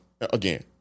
again